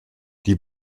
die